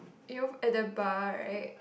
you've at the bar right